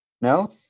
No